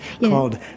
called